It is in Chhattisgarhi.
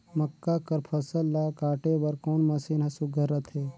मक्का कर फसल ला काटे बर कोन मशीन ह सुघ्घर रथे?